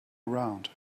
around